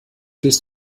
bis